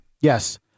yes